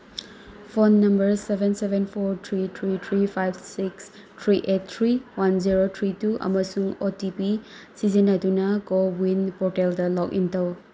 phone number seven seven four three three three five six three eight three one zero three two ꯑꯃꯁꯨꯡ O T P ꯁꯤꯖꯤꯟꯅꯗꯨꯅ CoWIN ꯄꯣꯔꯇꯦꯜꯗ login ꯇꯧ